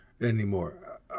anymore